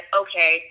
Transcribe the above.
okay